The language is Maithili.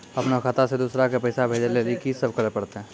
अपनो खाता से दूसरा के पैसा भेजै लेली की सब करे परतै?